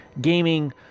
gaming